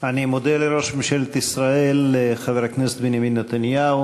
אני מודה לראש ממשלת ישראל חבר הכנסת בנימין נתניהו.